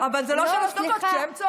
אבל זה לא שלוש דקות כשהם צועקים.